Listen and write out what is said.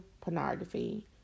pornography